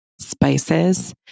Spices